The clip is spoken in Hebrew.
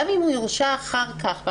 גם אם הוא יורשע אחר כך,